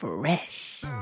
Fresh